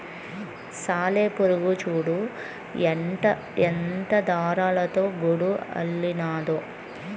సాలెపురుగు చూడు ఎట్టా దారాలతో గూడు అల్లినాదో